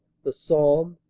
the somme,